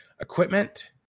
equipment